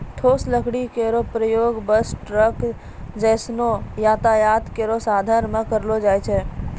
ठोस लकड़ी केरो प्रयोग बस, ट्रक जैसनो यातायात केरो साधन म करलो जाय छै